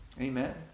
Amen